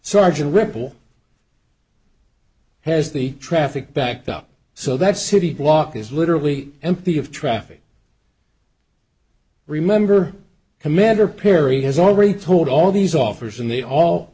sargent ripple has the traffic backed up so that city block is literally empty of traffic remember commander perry has already told all these offers and they all